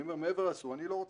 מעבר לזה שאסור, אני לא רוצה,